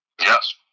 Yes